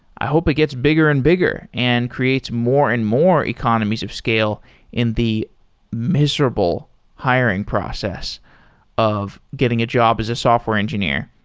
i hope it gets bigger and bigger and creates more and more economies of scale in the miserable hiring process of getting a job as a software engineer.